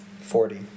Forty